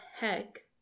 heck